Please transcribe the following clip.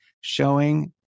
showing